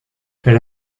elle